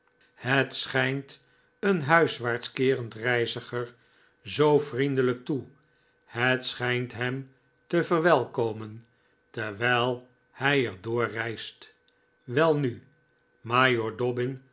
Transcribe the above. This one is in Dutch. het schijnt een huiswaarts keerend reiziger zoo vriendelijk toe het schijnt hem te verwelkomen terwijl hij er door reist welnu majoor dobbin